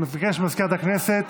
אני מבקש ממזכירת הכנסת